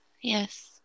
Yes